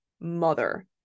mother